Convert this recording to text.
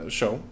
show